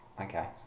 okay